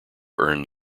earned